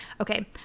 okay